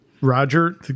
Roger